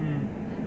mm